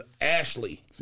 Ashley